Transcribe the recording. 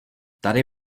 tady